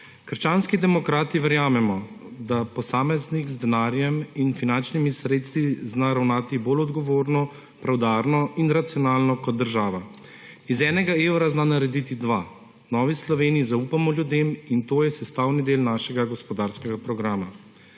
Krščanski demokrati verjamemo, da posameznik z denarjem in finančnimi sredstvi zna ravnati bolj odgovorno, preudarno in racionalno kot država, iz enega evra zna narediti dva. V Novi Sloveniji zaupamo ljudem in to je sestavni del našega gospodarskega programa.